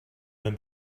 been